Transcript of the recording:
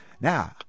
Now